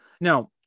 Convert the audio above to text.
now